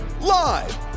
live